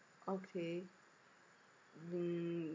okay mm